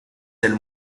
del